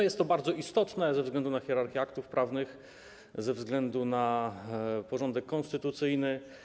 Jest to bardzo istotne ze względu na hierarchię aktów prawnych, ze względu porządek konstytucyjny.